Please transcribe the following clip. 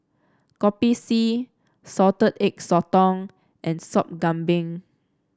Kopi C Salted Egg Sotong and Sop Kambing